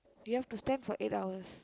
you have to stand for eight hours